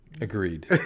Agreed